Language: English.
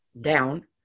down